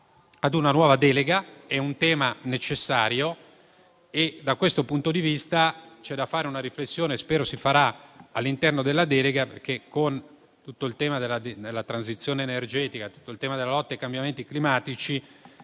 ad una nuova delega: è un tema necessario e da questo punto di vista c'è da fare una riflessione che spero si farà all'interno della delega. Con tutto il tema della transizione energetica e della lotta ai cambiamenti climatici